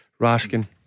Raskin